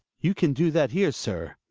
you can do that here, sir.